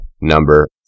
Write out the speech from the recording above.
number